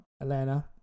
Atlanta